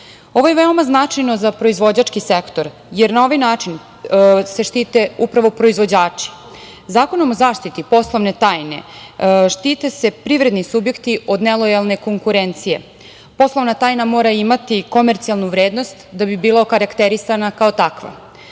Ovo je veoma značajno za proizvođački sektor jer na ovaj način se štite upravo proizvođači. Zakonom o zaštiti poslovne tajne, štite se privredni subjekti od nelojalne konkurencije. Poslovna tajna mora imati komercijalnu vrednost, da bi bila okarakterisana kao takva. Cilj